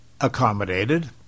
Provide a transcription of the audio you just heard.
accommodated